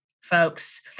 folks